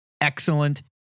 excellent